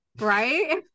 right